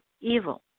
evil